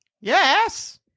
Yes